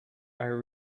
are